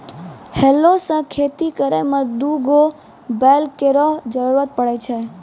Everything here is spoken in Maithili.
हलो सें खेती करै में दू गो बैल केरो जरूरत पड़ै छै